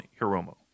Hiromo